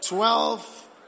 Twelve